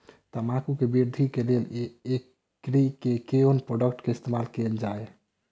तम्बाकू केँ वृद्धि केँ लेल एग्री केँ के प्रोडक्ट केँ इस्तेमाल कैल जाय?